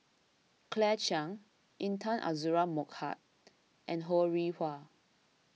Claire Chiang Intan Azura Mokhtar and Ho Rih Hwa